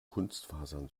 kunstfasern